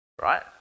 right